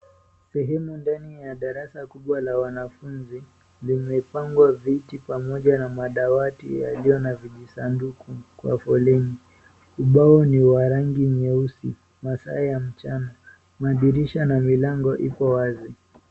Sehemu ndani ya darasa kubwa la wanafunzi zimepangwa viti pamoja na madawati yaliyo na vijisanduku kwa foleni, ubao ni wa rangi nyeusi, masaa ya mchana madirisha na milango ipo wazi.